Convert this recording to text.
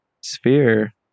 sphere